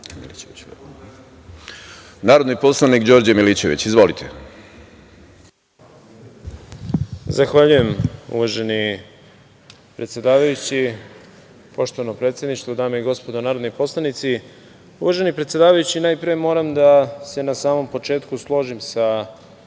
narodni poslanik Đorđe Milićević. Izvolite. **Đorđe Milićević** Zahvaljujem, uvaženi predsedavajući. Poštovano predsedništvo, dame i gospodo narodni poslanici, uvaženi predsedavajući, najpre moram da se na samom početku složim sa